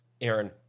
Aaron